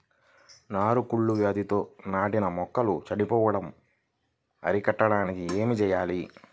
నారు కుళ్ళు వ్యాధితో నాటిన మొక్కలు చనిపోవడం అరికట్టడానికి ఏమి చేయాలి?